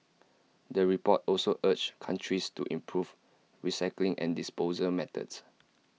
the report also urged countries to improve recycling and disposal methods